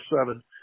seven